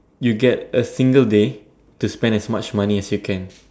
you get a single day to spend as much money as you can